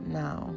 now